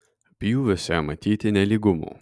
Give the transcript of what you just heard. pjūviuose matyti nelygumų